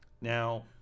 Now